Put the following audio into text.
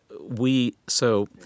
we—so—